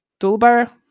toolbar